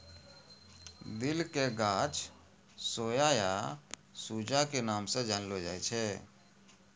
दिल के गाछ सोया या सूजा के नाम स जानलो जाय छै